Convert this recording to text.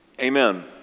amen